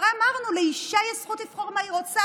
הרי אמרנו: לאישה יש זכות לבחור מה היא רוצה,